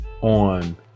on